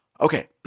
Okay